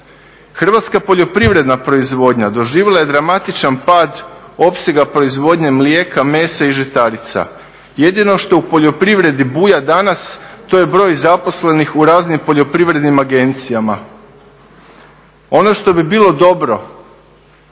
Hrvatska poljoprivredna proizvodnja doživjela je dramatičan pad opsega proizvodnje mlijeka, mesa i žitarica. Jedino što u poljoprivredi buja danas to je broj zaposlenih u raznim poljoprivrednim agencijama. Ono što bi bilo dobro